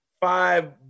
five